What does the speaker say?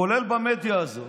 כולל במדיה הזאת,